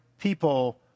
people